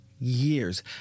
years